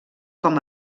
com